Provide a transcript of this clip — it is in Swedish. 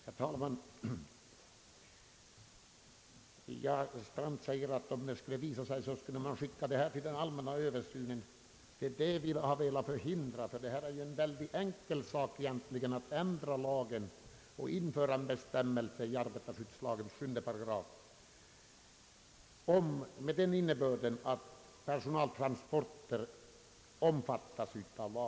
Herr talman! Herr Strand säger att man kan hänvisa det här ärendet till den föreslagna allmänna översynen av arbetarskyddslagen, om man inte kan åstadkomma en lösning på sätt som föreslagits i motionerna. Det är detta vi har velat förhindra, eftersom det egentligen är en enkel sak att införa en bestämmelse i arbetarskyddslagens 7 § med innebörd att personaltransporter omfattas av denna lag.